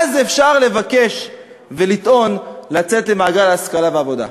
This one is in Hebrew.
אז אפשר לטעון ולבקש לצאת למעגל ההשכלה והעבודה.